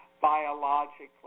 biologically